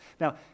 Now